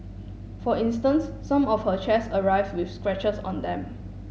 for instance some of her chairs arrived with scratches on them